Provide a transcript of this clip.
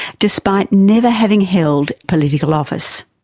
despite never having held political office.